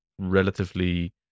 relatively